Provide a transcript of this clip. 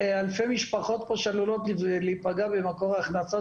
אלפי משפחות פה עלולות להיפגע במקור ההכנסה